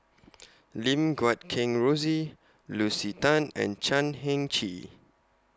Lim Guat Kheng Rosie Lucy Tan and Chan Heng Chee